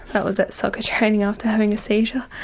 that was at soccer training after having a seizure.